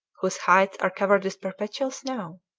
whose heights are covered with perpetual snow.